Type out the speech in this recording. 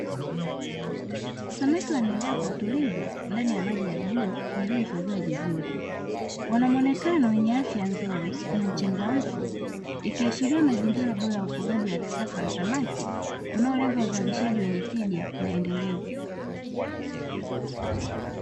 Samaki wanaelea kwa utulivu, ndani ya maji ya bluu yaliyohifadhiwa vizuri. Wana muonekano wenye afya nzuri na uchangamfu, ikiashiria mazingira bora ya ufugaji wa kisasa wa samaki, unaolenga uzalishaji wenye tija na endelevu.